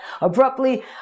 abruptly